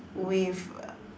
with